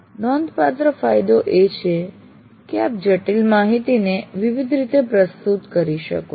નોંધપાત્ર ફાયદો એ છે કે આપ જટિલ માહિતીને વિવિધ રીતે પ્રસ્તુત કરી શકો છો